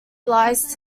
lies